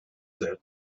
that